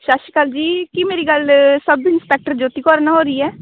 ਸਤਿ ਸ਼੍ਰੀ ਅਕਾਲ ਜੀ ਕੀ ਮੇਰੀ ਗੱਲ ਸਬ ਇੰਸਪੈਕਟਰ ਜੋਤੀ ਕੌਰ ਨਾਲ ਹੋ ਰਹੀ ਹੈ